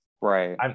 Right